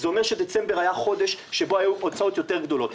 זה אומר שדצמבר היה חודש שבו היו הוצאות יותר גדולות.